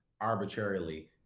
arbitrarily